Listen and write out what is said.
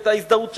ואת ההזדהות שלו,